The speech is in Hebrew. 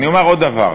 אני אומר עוד דבר: